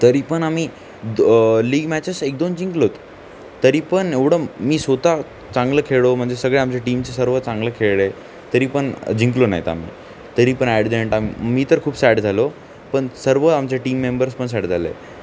तरीपण आम्ही the league matches एक दोन जिंकलो तरीपण एवढं मी स्वतः चांगलं खेळलो म्हणजे सगळे आमच्या टीमचे सर्व चांगलं खेळले तरीपण जिंकलो नाही आम्ही तरीपण ॲडजंट आम्हीतर खूप सॅड झालो पण सर्व आमचे टीम मेंबर्सपण सॅड झाले